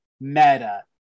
meta